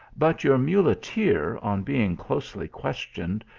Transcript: but your muleteer, on be ing closely questioned,